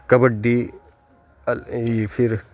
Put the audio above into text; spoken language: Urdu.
کبڈی پھر